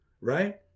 right